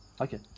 Okay